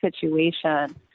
situation